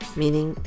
meaning